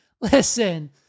Listen